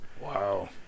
Wow